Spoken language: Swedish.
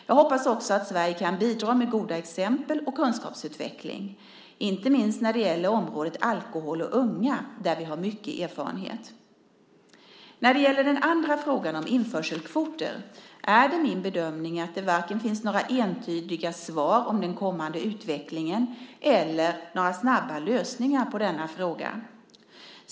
Jag hoppas också att Sverige kan bidra med goda exempel och kunskapsutveckling, inte minst när det gäller området alkohol och unga där vi har mycket erfarenhet. När det gäller den andra frågan, om införselkvoter, är det min bedömning att det varken finns några entydiga svar om den kommande utvecklingen eller några snabba lösningar på denna fråga.